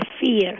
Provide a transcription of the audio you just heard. fear